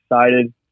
excited